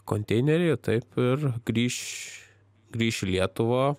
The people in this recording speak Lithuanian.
konteineriai taip ir grįš grįš į lietuvą